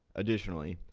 additionally,